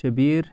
Shabir